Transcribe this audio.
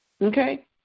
Okay